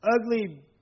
ugly